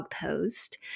post